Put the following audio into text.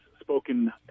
spoken